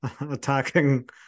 attacking